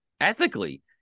ethically